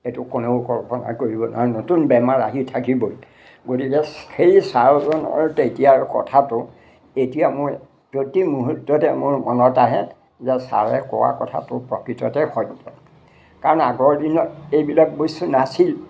এইটো কোনেও কল্পনা কৰিব নোৱাৰোঁ নতুন বেমাৰ আহি থাকিবই গতিকে সেই ছাৰজনৰ তেতিয়াৰ কথাটো এতিয়া মই প্ৰতি মুহূৰ্ততে মোৰ মনত আহে যে ছাৰে কোৱা কথাটো প্ৰকৃততে সত্য় কাৰণ আগৰ দিনত এইবিলাক বস্তু নাছিল